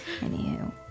Anywho